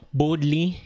boldly